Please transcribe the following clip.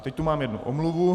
Teď tu mám jednu omluvu.